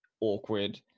awkward